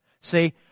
see